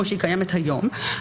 כמו שהיא קיימת היום,